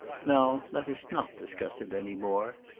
now let us not discuss it any more.